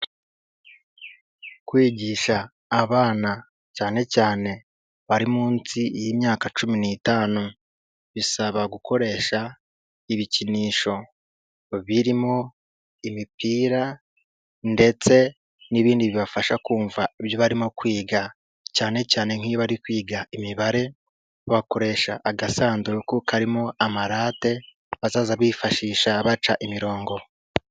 Kwigisha abana cyane cyane bari munsi y'imyaka cumi n'itanu bisaba gukoresha ibikinisho birimo imipira ndetse n'ibindi bibafasha kumva ibyo barimo kwiga, cyane cyane nk'iyo bari kwiga imibare bakoresha agasanduku karimo amarate bazaza bifashisha baca imirongo.